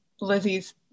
Lizzie's